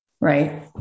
right